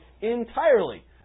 entirely